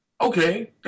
Okay